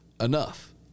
enough